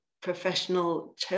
professional